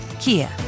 Kia